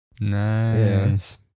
Nice